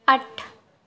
ਅੱਠ